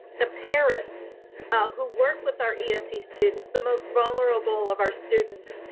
the paris ah who work with our ese students, the most vulnerable of our students.